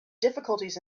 difficulties